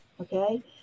okay